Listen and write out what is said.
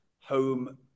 home